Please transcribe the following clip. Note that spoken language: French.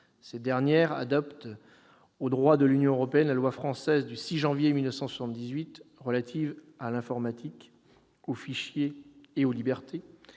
Ces dernières adaptent au droit de l'Union européenne la loi française du 6 janvier 1978 relative à l'informatique, aux fichiers et aux libertés.